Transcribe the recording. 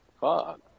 Fuck